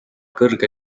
kõrge